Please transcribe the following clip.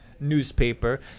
newspaper